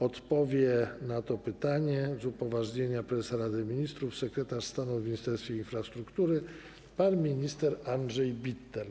Odpowie na to pytanie z upoważnienia prezesa Rady Ministrów sekretarz stanu w Ministerstwie Infrastruktury pan minister Andrzej Bittel.